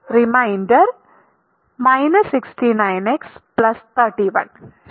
reminder 69x31 ശരി